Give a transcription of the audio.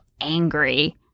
angry